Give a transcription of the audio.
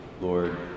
Lord